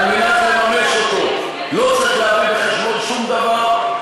חוזר באמת ----- לא צריך להביא בחשבון שום דבר,